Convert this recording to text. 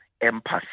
empathy